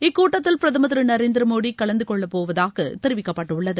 இக்கூட்டத்தில் பிரதமர் திரு நரேந்திரமோடி கலந்துகொள்ளப்போவதாக தெரிவிக்கப்பட்டுள்ளது